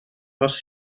was